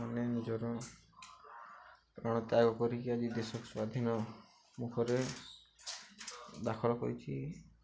ମାନେ ନିଜର ପ୍ରାଣତ୍ୟାଗ କରିକି ଆଜି ଦେଶ ସ୍ଵାଧୀନ ମୁଖରେ ଦାଖଲ କରିଛି